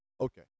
Okay